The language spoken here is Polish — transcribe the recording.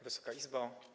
Wysoka Izbo!